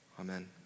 Amen